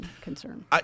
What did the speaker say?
concern